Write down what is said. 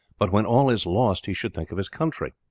but when all is lost he should think of his country.